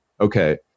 okay